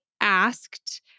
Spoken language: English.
asked